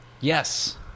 Yes